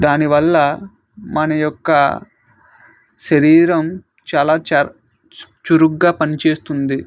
దానివల్ల మన యొక్క శరీరం చాలా చ చురుగుగా పనిచేస్తుంది